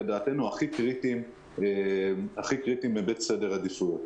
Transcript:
לדעתנו הכי קריטיים מהיבט סדר העדיפויות.